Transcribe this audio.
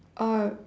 oh